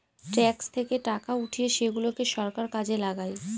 tax থেকে টাকা উঠিয়ে সেগুলাকে সরকার কাজে লাগায়